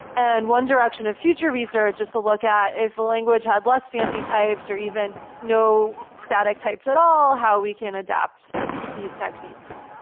and one direction of future research is to look at if a language had less fancy types, or even no static types at all, how we can adapt these techniques.